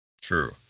True